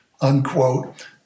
unquote